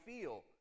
feel